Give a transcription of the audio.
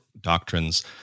doctrines